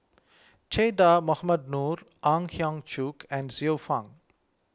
Che Dah Mohamed Noor Ang Hiong Chiok and Xiu Fang